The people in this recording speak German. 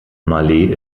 malé